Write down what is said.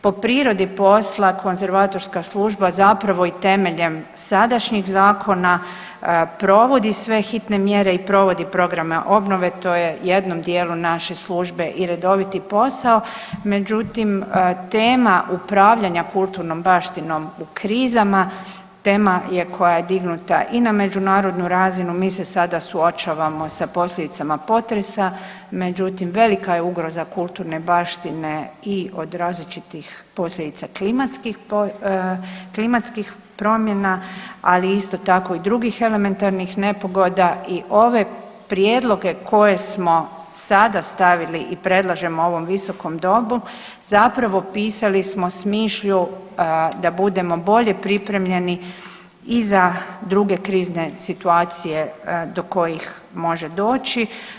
Po prirodi posla, konzervatorska služba zapravo i temeljem sadašnjih zakona provodi sve hitne mjere i provodi programe obnove, to je jednom dijelu naše službe i redoviti posao, međutim, tema upravljanja kulturnom baštinom u krizama, tema je koja je dignuta i na međunarodnu razinu, mi se sada suočavamo sa posljedicama potresa, međutim, velika je ugroza kulturne baštine i od različitih posljedica klimatskih promjena, ali isto tako i drugih elementarnih nepogoda i ove prijedloge koje smo sada stavili i predlažemo ovom Visokom domu, zapravo pisali smo s mišlju da budemo bolje pripremljeni i za druge krizne situacije do kojih može doći.